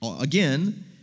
again